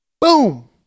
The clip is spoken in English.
Boom